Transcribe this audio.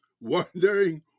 wondering